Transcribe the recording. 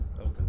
Okay